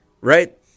right